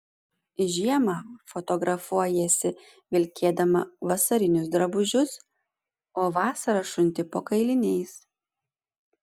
žiemą fotografuojiesi vilkėdama vasarinius drabužius o vasarą šunti po kailiniais